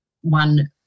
one